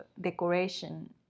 decoration